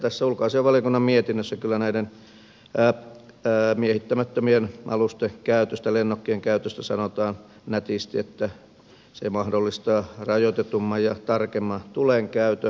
tässä ulkoasiainvaliokunnan mietinnössä kyllä näiden miehittämättömien alusten käytöstä lennokkien käytöstä sanotaan nätisti että se mahdollistaa rajoitetumman ja tarkemman tulen käytön